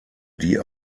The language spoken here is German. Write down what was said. die